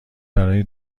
برای